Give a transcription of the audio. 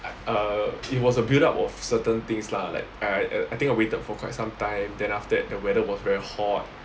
uh it was a build up of certain things lah like I I think I waited for quite some time then after that the weather was very hot